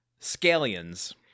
scallions